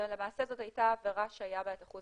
למעשה זאת הייתה עבירה שהיה בה את אחוז